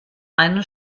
einen